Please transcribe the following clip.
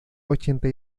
ochenta